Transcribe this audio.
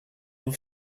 have